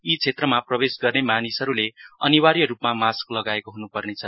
यी क्षेत्रमा प्रवेश गर्ने मानिसहरुले अनिवार्य रुपमा मास्क लगाएको हुनुपर्ने छ